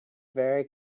very